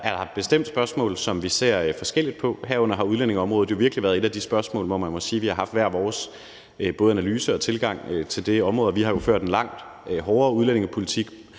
er der bestemt også spørgsmål, som vi ser forskelligt på. Herunder har udlændingeområdet jo virkelig været et af de spørgsmål, hvor man må sige, at vi har haft hver vores både analyse og tilgang til det, og vi har jo i det danske socialdemokrati